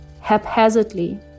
haphazardly